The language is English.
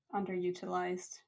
underutilized